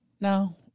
No